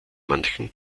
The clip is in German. manchen